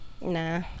nah